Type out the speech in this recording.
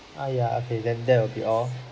ah ya okay then that will be all